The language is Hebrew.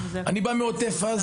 אני בא מעוטף הזה.